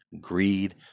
greed